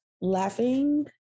laughing